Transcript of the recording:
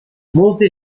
multi